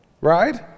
right